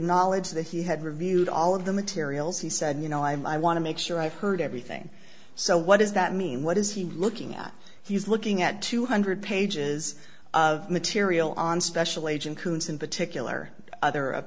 knowledge that he had reviewed all of the materials he said you know i'm i want to make sure i've heard everything so what does that mean what is he looking at he's looking at two hundred pages of material on special agent who is in particular other